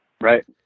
right